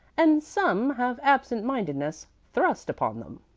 and some have absent-mindedness thrust upon them.